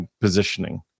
positioning